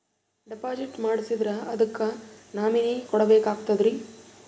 Deposit ಮಾಡ್ಸಿದ್ರ ಅದಕ್ಕ nominee ಕೊಡಬೇಕಾಗ್ತದ್ರಿ?